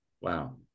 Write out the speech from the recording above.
Wow